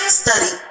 study